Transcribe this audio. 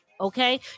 Okay